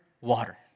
water